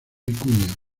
vicuña